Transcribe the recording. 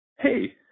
hey